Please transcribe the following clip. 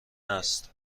است